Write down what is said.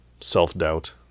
Self-doubt